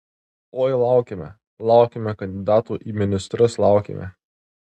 oi laukėme laukėme kandidatų į ministrus laukėme